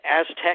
Aztec